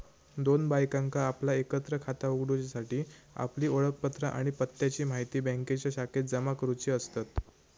दोन बायकांका आपला एकत्र खाता उघडूच्यासाठी आपली ओळखपत्रा आणि पत्त्याची म्हायती बँकेच्या शाखेत जमा करुची असतत